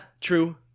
True